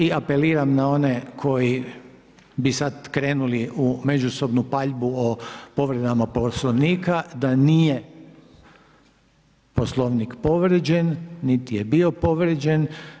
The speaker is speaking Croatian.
I apeliram na one koji bi sad krenuli u međusobnu paljbu o povredama Poslovnika, da nije Poslovnik povrijeđen, niti je bio povrijeđen.